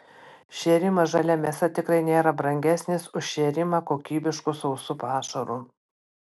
šėrimas žalia mėsa tikrai nėra brangesnis už šėrimą kokybišku sausu pašaru